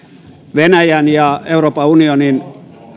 venäjän ja euroopan unionin